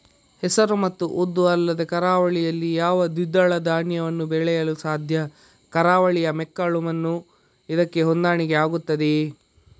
ಹೆಸರು ಮತ್ತು ಉದ್ದು ಅಲ್ಲದೆ ಕರಾವಳಿಯಲ್ಲಿ ಯಾವ ದ್ವಿದಳ ಧಾನ್ಯವನ್ನು ಬೆಳೆಯಲು ಸಾಧ್ಯ? ಕರಾವಳಿಯ ಮೆಕ್ಕಲು ಮಣ್ಣು ಇದಕ್ಕೆ ಹೊಂದಾಣಿಕೆ ಆಗುತ್ತದೆಯೇ?